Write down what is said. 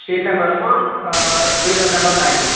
street number four villa number nine